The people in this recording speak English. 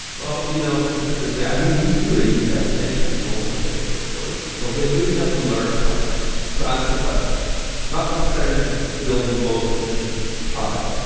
you know it's interesting. we we do a b testing and all those things, of course, but we're doing them to learn something, to answer questions. not necessary to build the most efficient product.